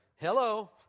Hello